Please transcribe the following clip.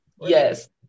yes